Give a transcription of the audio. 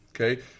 okay